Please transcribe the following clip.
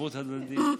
ערבות הדדית.